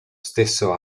stesso